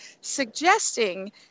suggesting